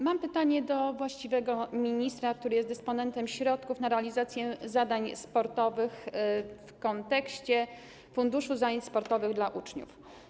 Mam pytanie do właściwego ministra, który jest dysponentem środków na realizację zadań sportowych w kontekście Funduszu Zajęć Sportowych dla Uczniów.